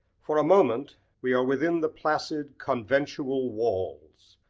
for a moment we are within the placid conventual walls,